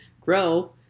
grow